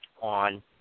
on